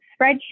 spreadsheet